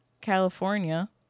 California